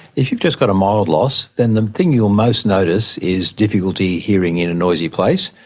if you've just got a mild loss then the thing you will most notice is difficulty hearing in a noisy place,